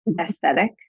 Aesthetic